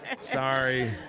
Sorry